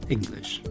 English